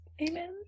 amen